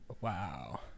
Wow